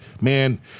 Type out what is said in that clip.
man